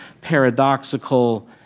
paradoxical